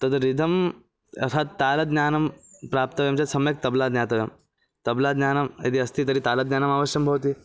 तद् रिदं यथात् तालज्ञानं प्राप्तव्यं चेत् सम्यक् तब्ला ज्ञातव्यं तब्ला ज्ञानं यदि अस्ति तर्हि तालज्ञानम् अवश्यं भवति